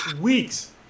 weeks